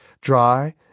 dry